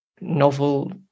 novel